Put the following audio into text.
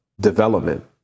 development